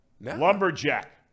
lumberjack